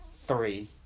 three